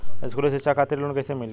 स्कूली शिक्षा खातिर लोन कैसे मिली?